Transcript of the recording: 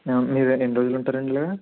మీరు ఎన్నిరోజులుంటారు అండి